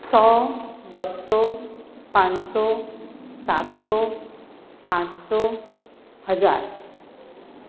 સો બસો પાંચસો સાતસો આઠસો હજાર